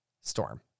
storm